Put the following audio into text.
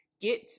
get